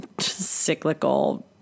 cyclical